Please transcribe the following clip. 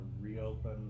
reopen